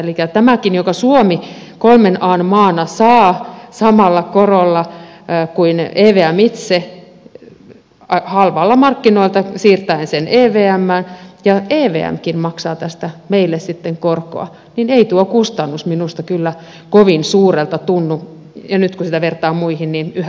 elikkä tämäkin jonka suomi kolmen an maana saa samalla korolla kuin evm itse halvalla markkinoilta siirtäen sen evmään ja evmkin maksaa tästä meille sitten korkoa niin ei tuo kustannus minusta kyllä kovin suurelta tunnu ja nyt kun sitä vertaa muihin niin yhä pienemmältä